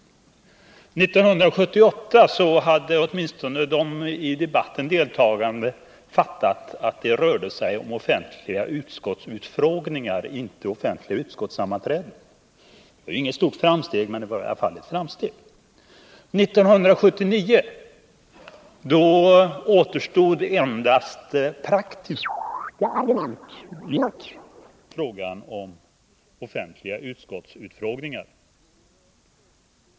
År 1978 hade åtminstone de i debatten deltagande fattat att det rörde sig om offentliga utskottsutfrågningar och inte offentliga utskottssammanträden. Det var inget stort framsteg, men det var i alla fall ett framsteg. År 1979 återstod endast praktiska argument mot offentliga utskottsutfrågningar.